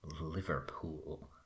Liverpool